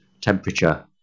temperature